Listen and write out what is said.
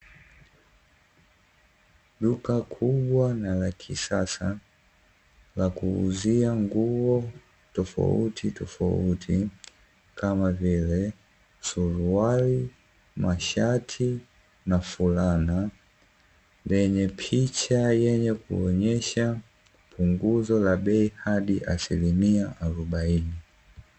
Duka kubwa na la kisasa la kuuzia nguo tofautitofauti, kama vile; suruali, mashati na fulana, yenye picha zenye kuonyesha punguzo la bei hadi asilimia arobaini.